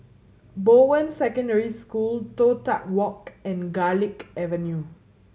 Bowen Secondary School Toh Tuck Walk and Garlick Avenue